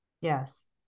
Yes